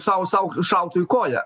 sau sau šautų į koją